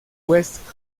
west